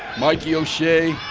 mikey o'shea